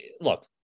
Look